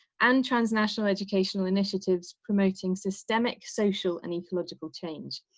and transnational educational initiatives promoting systemic social and ecological change.